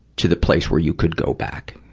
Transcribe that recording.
to the place where you could go back?